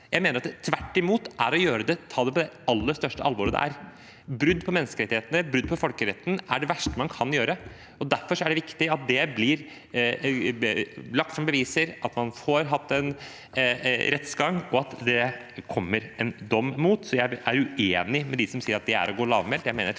Jeg mener det tvert imot er å ta det på det aller største alvor. Brudd på menneskerettighetene eller brudd på folkeretten er det verste man kan gjøre. Derfor er det viktig at det blir lagt fram beviser, at man får en rettergang, og at det kommer en dom. Så jeg er uenig med dem som sier at det er lavmælt.